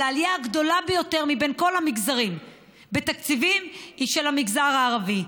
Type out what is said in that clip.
אבל העלייה הגדולה ביותר מבין כל המגזרים בתקציבים היא של המגזר הערבי.